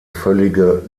völlige